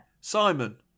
Simon